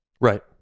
Right